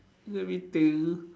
let me think